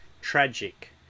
tragic